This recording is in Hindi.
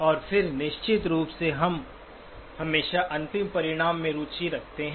और फिर निश्चित रूप से हम हमेशा अंतिम परिणाम में रुचि रखते हैं